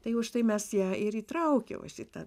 tai užtai mes ją ir įtraukę va šitą